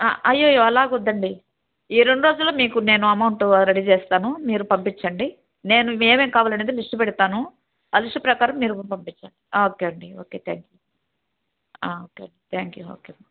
అయ్యొయ్యో అలాగొద్దండి ఈ రెండు రోజుల్లో మీకు నేను అమౌంటు రెడీ చేస్తాను మీరు పంపించండి నేను ఏమేమి కావాలనేది లిస్టు పెడతాను ఆ లిస్టు ప్రకారం మీరు పంపించండి ఓకే అండి okay thank you okay thank you okay